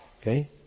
Okay